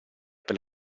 per